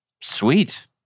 Sweet